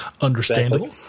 Understandable